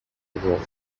whole